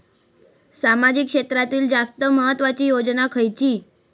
सामाजिक क्षेत्रांतील जास्त महत्त्वाची योजना खयची?